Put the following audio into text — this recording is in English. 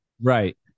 Right